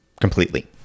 completely